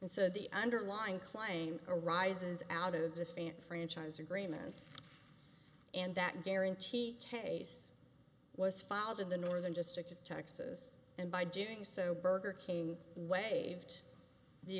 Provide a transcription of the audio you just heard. and so the underlying claim arises out of the fan franchise agreements and that guarantee case was filed in the northern district of texas and by doing so burger king way the